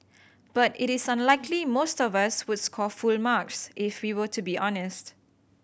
but it is unlikely most of us would score full marks if we were to be honest